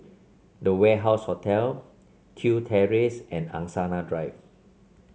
The Warehouse Hotel Kew Terrace and Angsana Drive